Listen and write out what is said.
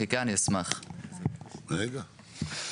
רגע,